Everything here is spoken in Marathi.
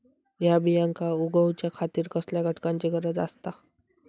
हया बियांक उगौच्या खातिर कसल्या घटकांची गरज आसता?